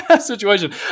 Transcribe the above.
situation